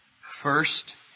First